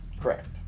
Correct